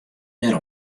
mear